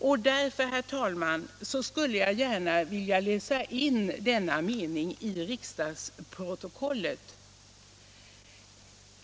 Jag skulle, herr talman, gärna vilja läsa in denna mening i riksdagsprotokollet.